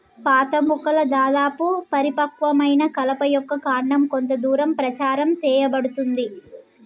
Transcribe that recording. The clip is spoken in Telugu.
పాత మొక్కల దాదాపు పరిపక్వమైన కలప యొక్క కాండం కొంత దూరం ప్రచారం సేయబడుతుంది